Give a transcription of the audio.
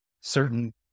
certain